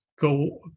go